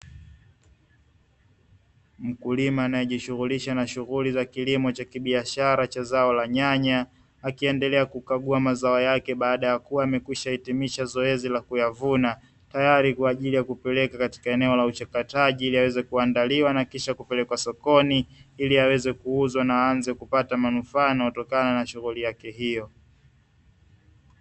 Mkulima anayejishughulisha na shughuli za kilimo cha kibiashara cha zao la nyanya, akiendelea kukagua mazao yake baada ya kuwa amekwishahitimisha zoezi la kuyavuna tayari kwa ajili ya kupeleka katika eneo la uchakataji ili aweze kuandaliwa na kisha kupelekwa sokoni, ili aweze kuuza na aanze kupata manufaa na yanayotokana na shughuli yake hiyo.